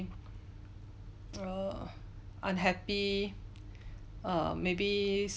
err unhappy err maybe